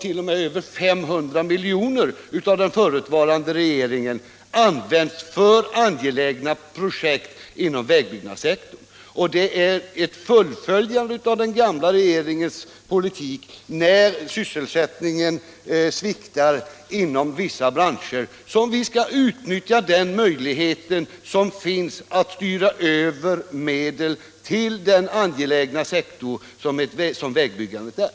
Vissa år har den förutvarande regeringen använt 500 miljoner till angelägna projekt inom vägbyggnadssektorn. Vi skall fullfölja den gamla regeringens politik. Det är när sysselsättningen inom vissa branscher sviktar som vi skall utnyttja den möjlighet som finns att styra över medel till den angelägna sektor som vägbyggandet är.